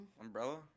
Umbrella